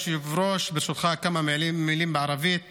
אדוני היושב-ראש, ברשותך, כמה מילים בערבית